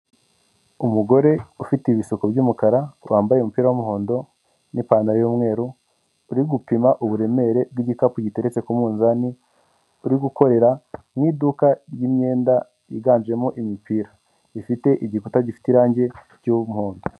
Umugore ufite ibisuko by'umukara wambaye umupira w'umuhondo n'ipantaro y'umweru uri gupima uburemere bw'igikapu giteretse ku munzani, uri gukorera mu iduka ry'imyenda yiganjemo imipira, ifite igikuta gifite irangi ry'umuhondo.